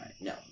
No